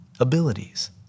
Abilities